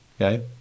Okay